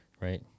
right